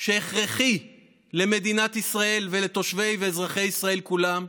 שהכרחי למדינת ישראל ולתושבי ואזרחי ישראל כולם.